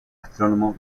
astrónomo